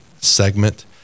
segment